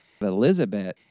Elizabeth